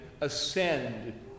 ascend